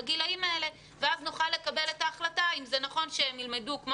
בגילים האלה ואז נוכל לקבל את ההחלטה אם זה נכון שהם ילמדו כמו